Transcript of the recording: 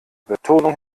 betonung